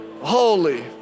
holy